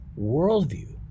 worldview